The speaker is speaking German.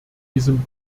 diesem